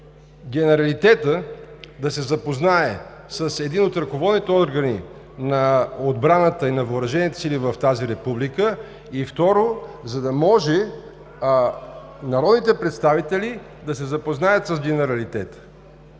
генералитетът да се запознае с един от ръководните органи на отбраната и на въоръжените сили в тази република и второ, за да може народните представители да се запознаят с генералитета.